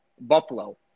Buffalo